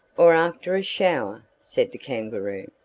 or after a shower, said the kangaroo.